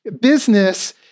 business